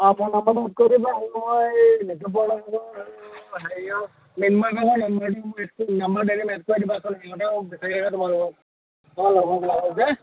phone নাম্বাৰটো note কৰি দিবা আৰু মই